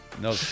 No